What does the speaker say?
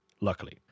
luckily